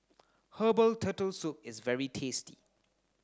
herbal turtle soup is very tasty